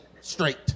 straight